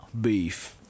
beef